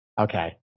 Okay